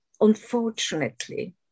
unfortunately